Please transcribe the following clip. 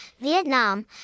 Vietnam